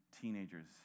teenagers